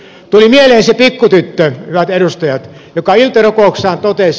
tuli mieleen se pikkutyttö hyvät edustajat joka iltarukouksessaan totesi